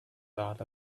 dot